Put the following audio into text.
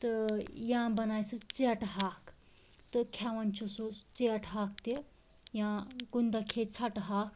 یا بنایہِ سُہ ژیٹہٕ ہاک تہٕ کھٮ۪وان چھُ سُہ ژیٹہٕ ہاک تہِ یا کُنہِ دۄہ کھے ژھٹہٕ ہاک